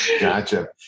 Gotcha